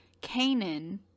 Canaan